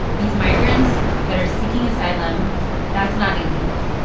these migrants that are seeking asylum that's not illegal,